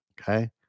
okay